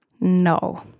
No